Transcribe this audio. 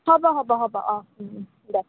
হ'ব হ'ব হ'ব দে